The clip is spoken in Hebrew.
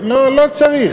לא, לא צריך.